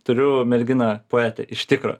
turiu merginą poetę iš tikro